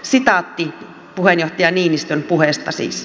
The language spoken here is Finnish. sitaatti puheenjohtaja niinistön puheesta siis